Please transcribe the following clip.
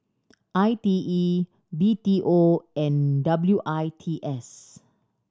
I T E B T O and W I T S